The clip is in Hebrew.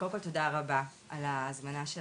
קודם כל תודה רבה על ההזמנה של